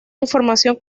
información